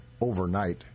overnight